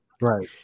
Right